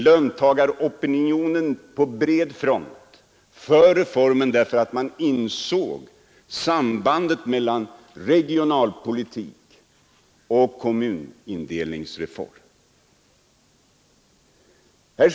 Löntagaropinionen slöt upp på bred front för reformen, därför att man insåg sambandet mellan regionalpolitiken och kommunindelningsreformen.